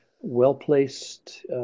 well-placed